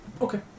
Okay